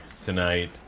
tonight